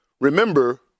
Remember